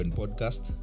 podcast